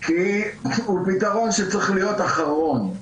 כי הוא פתרון שצריך להיות אחרון.